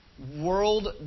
World